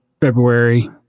February